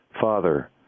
Father